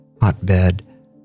hotbed